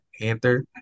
Panther